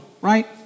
Right